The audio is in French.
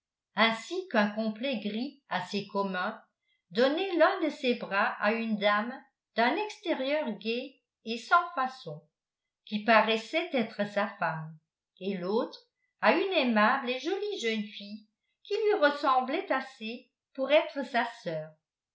ainsi qu'un complet gris assez commun donnait l'un de ses bras à une dame d'un extérieur gai et sans façon qui paraissait être sa femme et l'autre à une aimable et jolie jeune fille qui lui ressemblait assez pour être sa sœur